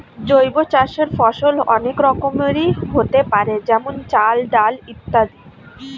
জৈব চাষের ফসল অনেক রকমেরই হতে পারে যেমন চাল, ডাল ইত্যাদি